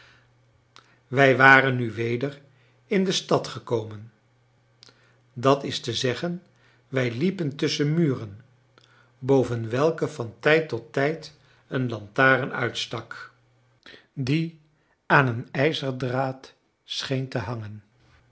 wij waren nu weder in de stad gekomen dat is te zeggen wij liepen tusschen muren boven welke van tijd tot tijd een lantaarn uitstak die aan een ijzerdraad scheen te hangen